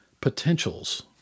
potentials